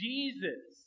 Jesus